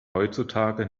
heutzutage